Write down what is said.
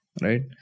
right